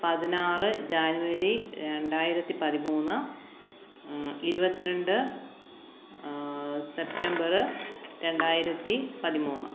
പതിനാറ് ജാനുവരി രണ്ടായിരത്തി പതിമൂന്ന് ഇരുപത്തിരണ്ട് സെപ്തംബര് രണ്ടായിരത്തി പതിമൂന്ന്